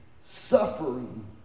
suffering